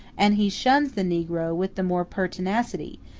and he shuns the negro with the more pertinacity,